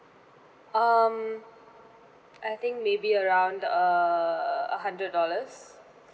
um I think maybe around err a hundred dollars